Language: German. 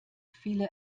viele